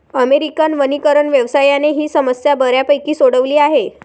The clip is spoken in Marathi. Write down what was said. अमेरिकन वनीकरण व्यवसायाने ही समस्या बऱ्यापैकी सोडवली आहे